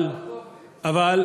אבל, אבל,